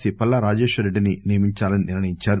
C Palla రాజేశ్వరరెడ్డిని నియమించాలని నిర్ణయించారు